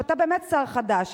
ואתה באמת שר חדש,